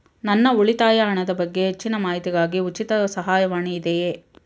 ನನ್ನ ಉಳಿತಾಯ ಹಣದ ಬಗ್ಗೆ ಹೆಚ್ಚಿನ ಮಾಹಿತಿಗಾಗಿ ಉಚಿತ ಸಹಾಯವಾಣಿ ಇದೆಯೇ?